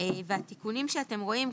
התיקונים שאתם רואים,